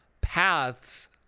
paths